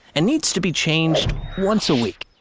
and needs to be changed once a week.